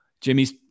Jimmy's